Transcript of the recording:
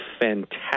fantastic